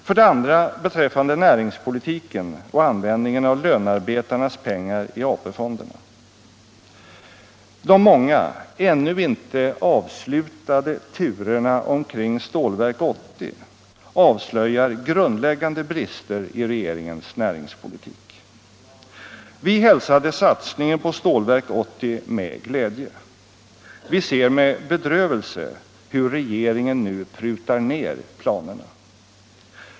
För det andra beträffande näringspolitiken och användningen av lönarbetarnas pengar i AP-fonderna: De många, ännu inte avslutade, turerna omkring Stålverk 80 avslöjar grundläggande brister i regeringens näringspolitik. Vi hälsade satsningen på Stålverk 80 med glädje. Vi ser med bedrövelse hur regeringen nu prutar ned planerna.